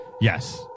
yes